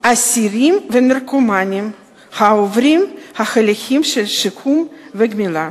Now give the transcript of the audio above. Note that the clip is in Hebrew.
אסירים ונרקומנים העוברים הליכים של שיקום וגמילה.